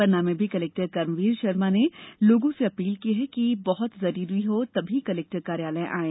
पन्ना में भी कलेक्टर कर्मवीर शर्मा ने लोगों से अपील की है कि बहत जरूरी हो तभी कलेक्टर कार्यालय आये